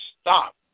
stop